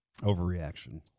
Overreaction